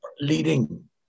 leading